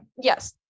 Yes